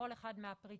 בכל אחד מהפריטים.